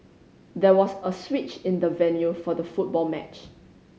there was a switch in the venue for the football match